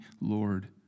Lord